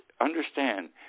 Understand